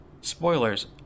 spoilers